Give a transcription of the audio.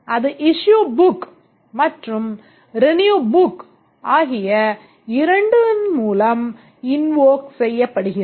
அது issue book மற்றும் renew book ஆகிய இரண்டின் மூலம் invoke செய்யப்படுகிறது